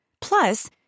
Plus